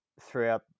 throughout